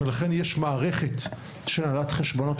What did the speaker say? ולכן יש מערכת עצמאית של הנהלת חשבונות,